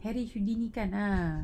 harry houdini kan ah